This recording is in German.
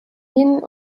wien